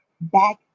back